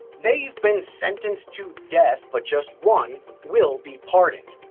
they've been sentenced to death, but just one will be pardoned.